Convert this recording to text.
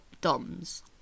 doms